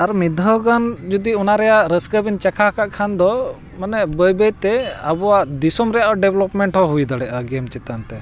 ᱟᱨ ᱢᱤᱫ ᱫᱷᱟᱣ ᱜᱟᱱ ᱡᱩᱫᱤ ᱚᱱᱟ ᱨᱮᱱᱟᱜ ᱨᱟᱹᱥᱠᱟᱹ ᱵᱤᱱ ᱪᱟᱠᱷᱟ ᱟᱠᱟᱫ ᱠᱷᱟᱱ ᱫᱚ ᱢᱟᱱᱮ ᱵᱟᱹᱭ ᱵᱟᱹᱭ ᱛᱮ ᱟᱵᱚᱣᱟᱜ ᱫᱤᱥᱚᱢ ᱨᱮᱱᱟᱜ ᱰᱮᱵᱷᱞᱚᱯᱢᱮᱱᱴ ᱦᱚᱸ ᱦᱩᱭ ᱫᱟᱲᱮᱭᱟᱜᱼᱟ ᱜᱮᱢ ᱪᱮᱛᱟᱱ ᱛᱮ